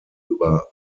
über